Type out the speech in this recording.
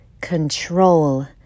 control